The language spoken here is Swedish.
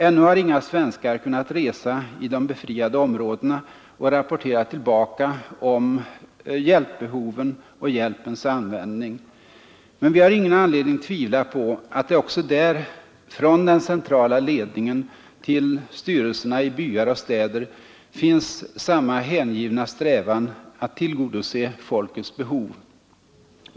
Ännu har inga svenskar kunnat resa i de befriade områdena och rapportera tillbaka om hjälpbehoven och hjälpens användning. Men vi har ingen anledning att tvivla på att det också där — från den centrala ledningen till styrelserna i byar och städer — finns en hängiven strävan att tillgodose folkets behov.